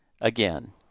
again